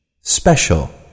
Special